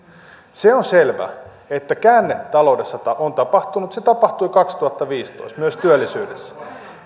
se on selvä että käänne taloudessa on tapahtunut se tapahtui kaksituhattaviisitoista myös työllisyydessä